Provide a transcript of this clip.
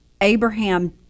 Abraham